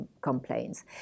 complaints